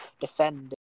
defend